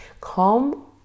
Calm